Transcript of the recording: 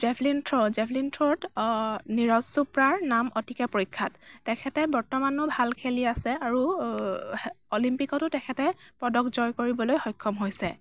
javelin throw javelin থ্ৰ'ত নীৰজ চোপ্ৰাৰ নাম অতিকে প্ৰখ্য়াত তেখেতে বৰ্তমানো ভাল খেলি আছে আৰু অলিম্পিকতো তেখেতে পদক জয় কৰিবলৈ সক্ষম হৈছে